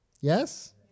Yes